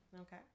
Okay